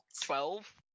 Twelve